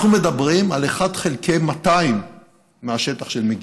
אנחנו מדברים על 1 חלקי 200 מהשטח של מגידו.